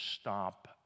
stop